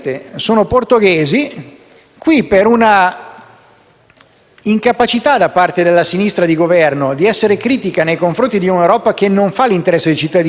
incapacità da parte della sinistra di Governo di essere critica nei confronti di qualcosa che non fa l'interesse dei cittadini, ma solamente quello delle *lobby*, continuiamo a fare i primi della classe.